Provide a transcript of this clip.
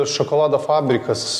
šokolado fabrikas